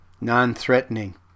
non-threatening